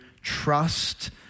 trust